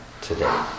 today